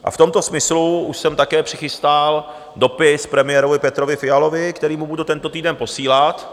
V tomto smyslu už jsem také přichystal dopis premiérovi Petrovi Fialovi, který mu budu tento týden posílat.